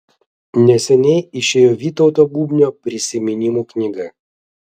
neseniai išėjo vytauto bubnio prisiminimų knyga